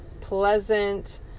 pleasant